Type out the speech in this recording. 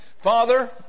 Father